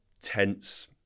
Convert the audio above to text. tense